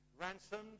ransomed